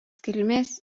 kilmės